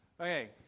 Okay